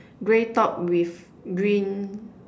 grey top with green